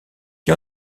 qui